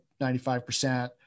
95%